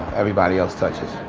everybody else touches.